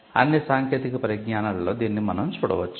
అన్ని సాంకేతిక పరిజ్ఞానాలలో దీనిని మనం చూడ వచ్చు